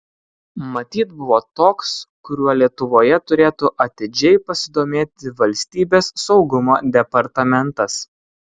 matyt buvo toks kuriuo lietuvoje turėtų atidžiai pasidomėti valstybės saugumo departamentas